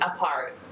apart